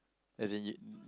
as in you